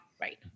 Right